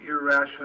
irrational